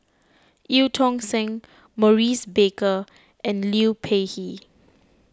Eu Tong Sen Maurice Baker and Liu Peihe